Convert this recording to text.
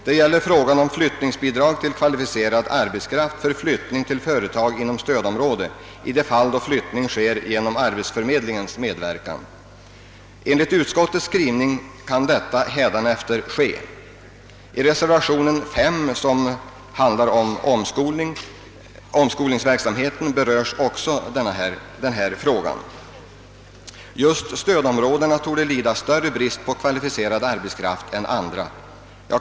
Den gäller frågan om flyttningsbidrag till kvalificerad arbetskraft för flyttning till företag inom stödområde i de fall då flyttning sker genom arbetsförmedlingens medverkan. I reservationen 5 som handlar om omskolningsverksamheten berörs också denna fråga. Just stödområdena torde lida större brist på kvalificerad arbetskraft än andra områden.